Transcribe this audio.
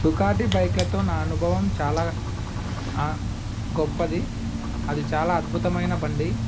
Ducati బైక్లతో నా అనుభవం చాలా గొప్పది అది చాలా అద్భుతమైన బండి